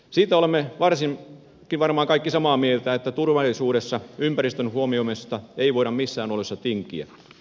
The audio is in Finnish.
siitä olemme varmastikin kaikki samaa mieltä että turvallisuudesta ja ympäristön huomioimisesta ei voida missään oloissa tinkiä